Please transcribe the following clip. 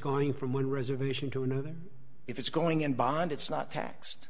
going from one reservation to another if it's going in bond it's not taxed